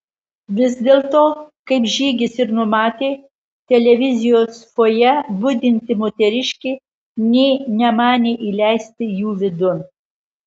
vis dėlto kaip žygis ir numatė televizijos fojė budinti moteriškė nė nemanė įleisti jų vidun